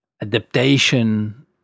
adaptation